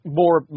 more